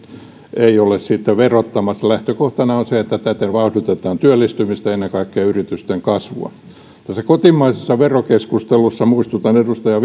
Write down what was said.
ei ole sitä verottamassa lähtökohtana on se että täten vauhditetaan työllistymistä ja ennen kaikkea yritysten kasvua tässä kotimaisessa verokeskustelussa muistutan edustaja